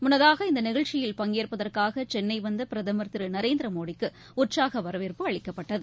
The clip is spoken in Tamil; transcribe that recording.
முன்னதாக இந்த நிகழ்ச்சியில் பங்கேற்பதற்னக சென்ளை வந்த பிரதமர் திரு நரேந்திர மோடிக்கு உற்சாக வரவேற்பு அளிக்கப்பட்டது